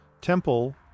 Temple